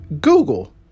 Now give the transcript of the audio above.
Google